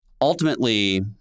Ultimately